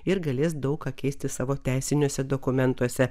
ir galės daug ką keisti savo teisiniuose dokumentuose